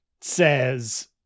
says